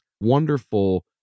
wonderful